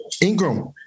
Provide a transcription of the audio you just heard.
Ingram